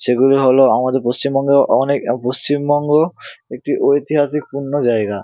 সেগুলি হল আমাদের পশ্চিমবঙ্গে অনেক পশ্চিমবঙ্গ একটি ঐতিহাসিকপূর্ণ জায়গা